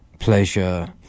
pleasure